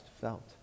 felt